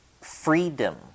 freedom